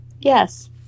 yes